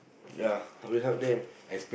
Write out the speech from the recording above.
ya I will help them